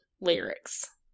lyrics